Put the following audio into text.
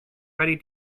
ready